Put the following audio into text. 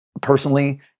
personally